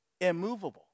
immovable